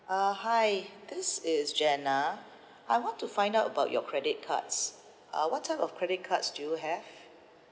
uh hi this is jenna I want to find out about your credit cards uh what type of credit cards do you have